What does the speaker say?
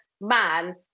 man